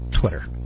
Twitter